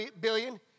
billion